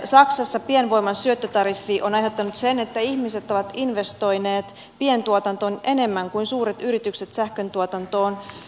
saksassa pienvoiman syöttötariffi on aiheuttanut sen että ihmiset ovat investoineet pientuotantoon enemmän kuin suuret yritykset sähköntuotantoon yhteensä